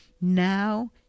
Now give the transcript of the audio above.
now